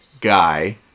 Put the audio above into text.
guy